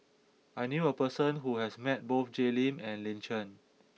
I knew a person who has met both Jay Lim and Lin Chen